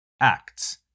Acts